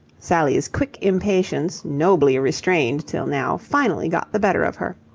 sally's quick impatience, nobly restrained till now, finally got the better of her.